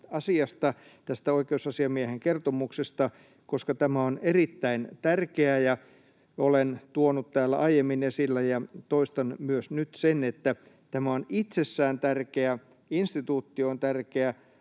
tästä oikeusasiamiehen kertomuksesta, koska tämä on erittäin tärkeä. Olen tuonut täällä aiemmin esille ja toistan myös nyt sen, että tämä on itsessään tärkeä, instituutti on tärkeä,